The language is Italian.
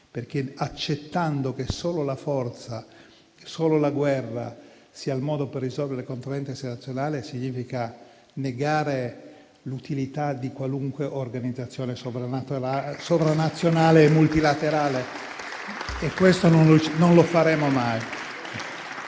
perché accettare che solo la forza e solo la guerra siano il modo di risolvere le controversie internazionali significa negare l'utilità di qualunque organizzazione sovranazionale e multilaterale, e questo noi non lo faremo mai.